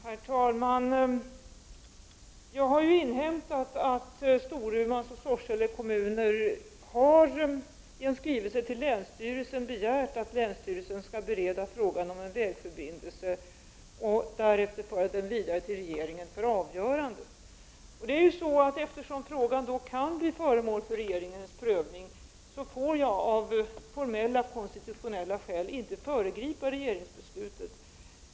Herr talman! Jag har inhämtat att Storumans kommun och Sorsele kommun i en skrivelse till länsstyrelsen har begärt att länsstyrelsen skall bereda frågan om en vägförbindelse och därefter föra den vidare till regeringen för avgörande. Eftersom frågan kan bli föremål för regeringens prövning, får jag av formella, konstitutionella skäl inte föregripa regeringens beslut.